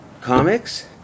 comics